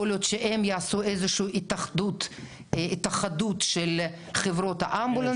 יכול להיות שהם יעשו איזושהי התאחדות של חברות האמבולנסים.